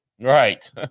right